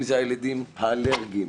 אם זה הילדים האלרגיים,